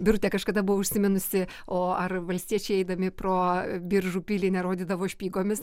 birutė kažkada buvo užsiminusi o ar valstiečiai eidami pro biržų pilį nerodydavo špygomis